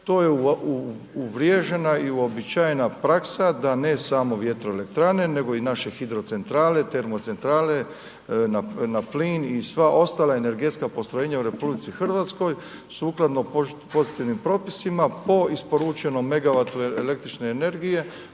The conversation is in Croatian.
to je uvriježena i uobičajena praksa da ne samo vjetroelektrane nego i našeg hidrocentrale, termocentrale na plin i sva ostala energetska postrojenja u RH, sukladno pozitivnim propisima, po isporučenom megavatu električne energije,